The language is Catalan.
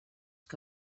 que